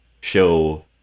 show